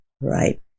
Right